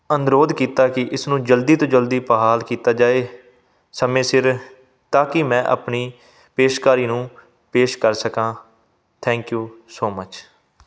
ਅਨੁਰੋਧ ਕੀਤਾ ਕਿ ਇਸਨੂੰ ਜਲਦੀ ਤੋਂ ਜਲਦੀ ਬਹਾਲ ਕੀਤਾ ਜਾਏ ਸਮੇਂ ਸਿਰ ਤਾਂ ਕਿ ਮੈਂ ਆਪਣੀ ਪੇਸ਼ਕਾਰੀ ਨੂੰ ਪੇਸ਼ ਕਰ ਸਕਾਂ ਥੈਂਕ ਯੂ ਸੋ ਮੱਚ